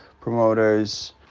promoters